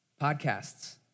podcasts